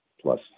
plus